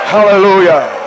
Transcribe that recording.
Hallelujah